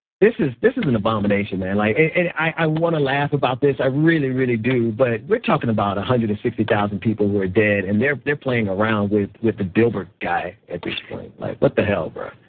this is this is an abomination man like and i want to laugh about this. i really, really do but we're talking about one hundred and sixty thousand people who are dead and they're they're playing around with with the dilbert guy at this point. like what the hell, bro.